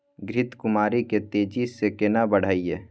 घृत कुमारी के तेजी से केना बढईये?